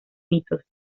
mitos